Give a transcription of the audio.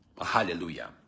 Hallelujah